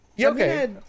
Okay